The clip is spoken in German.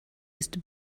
ist